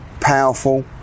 powerful